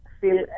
feel